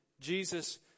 Jesus